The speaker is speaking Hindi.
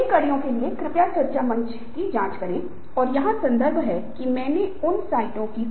खुद को खुश रहने के लिए हंसें औसत बच्चा दिन में 300 बार हंसता है लेकिन वयस्क दिन में केवल 5 बार हंसते हैं